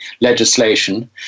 legislation